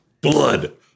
blood